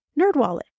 Nerdwallet